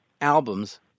albums